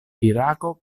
irako